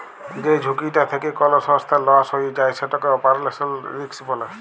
যে ঝুঁকিটা থ্যাকে কল সংস্থার লস হঁয়ে যায় সেটকে অপারেশলাল রিস্ক ব্যলে